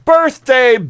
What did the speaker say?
birthday